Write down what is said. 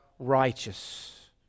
righteous